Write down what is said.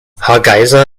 hargeysa